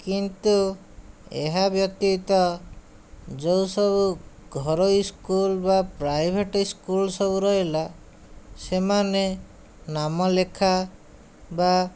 କିନ୍ତୁ ଏହା ବ୍ୟତୀତ ଯେଉଁ ସବୁ ଘରୋଇ ସ୍କୁଲ ବା ପ୍ରାଇଭେଟ ସ୍କୁଲ ସବୁ ରହିଲା ସେମାନେ ନାମ ଲେଖା ବା